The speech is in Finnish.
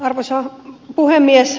arvoisa puhemies